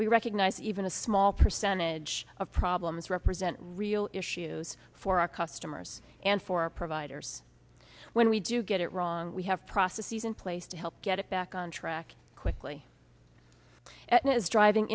we recognize even a small percentage of problems represent real issues for our customers and for our providers when we do get it wrong we have processes in place to help get it back on track quickly and is driving